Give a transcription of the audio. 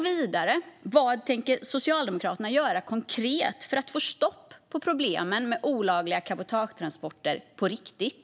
Vad tänker Socialdemokraterna göra konkret för att få stopp på problemen med olagliga cabotagetransporter på riktigt?